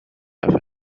have